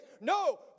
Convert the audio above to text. No